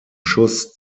schuss